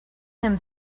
him